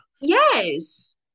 Yes